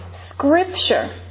scripture